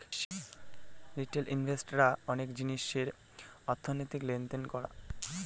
retail invest রা অনেক জিনিসের অর্থনৈতিক লেনদেন করা